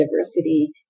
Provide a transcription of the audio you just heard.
diversity